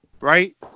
right